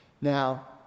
Now